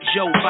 Joe